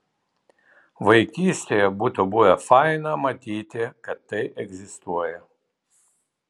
vaikystėje būtų buvę faina matyti kad tai egzistuoja